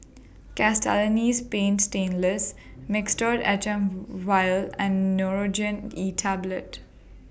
Castellani's Paint Stainless Mixtard H M Vial and Nurogen E Tablet